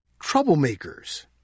troublemakers